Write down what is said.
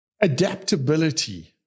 adaptability